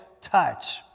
touch